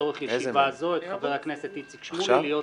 לצורך ישיבה זו את חבר הכנסת איציק שמולי להיות